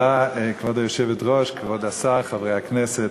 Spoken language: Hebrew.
כבוד היושבת-ראש, תודה, כבוד השר, חברי הכנסת,